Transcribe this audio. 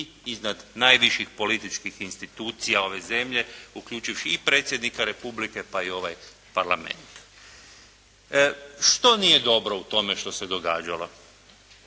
iznad najviših političkih institucija ove zemlje uključivši i Predsjednika Republike pa i ovaj Parlament. Što nije dobro u tome što se događalo?